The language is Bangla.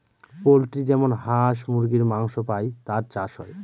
পোল্ট্রি যেমন হাঁস মুরগীর মাংস পাই তার চাষ হয়